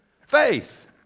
faith